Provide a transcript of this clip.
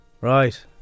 Right